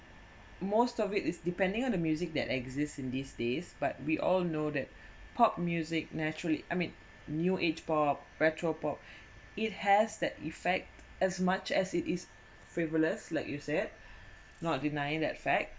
most of it is depending on the music that exists in these days but we all know that pop music naturally I mean new age pop retro pop it has that effect as much as it is frivolous like you said not denying that fact